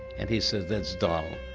and he said, that's dull,